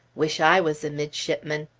wish i was a midshipman!